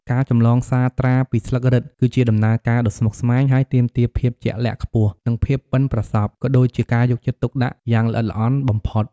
ការចម្លងសាត្រាពីស្លឹករឹត គឺជាដំណើរការដ៏ស្មុគស្មាញ ហើយទាមទារភាពជាក់លាក់ខ្ពស់និងភាពបុិនប្រសព ក៏ដូចជាការយកចិត្តទុកដាក់យ៉ាងល្អិតល្អន់បំផុត។